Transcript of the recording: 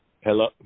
Hello